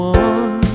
one